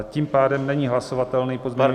Tím pádem není hlasovatelný pozměňovací